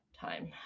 time